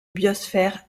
biosphère